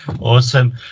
awesome